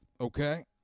Okay